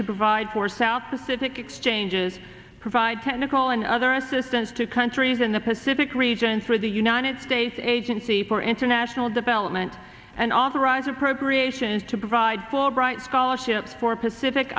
to provide for south pacific exchanges provide technical and other assistance to countries in the pacific region for the united states agency for international development and authorize appropriations to provide for right scholarships for pacific